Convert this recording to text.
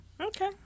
Okay